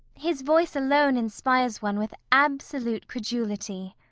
his voice alone inspires one with absolute credulity.